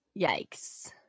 Yikes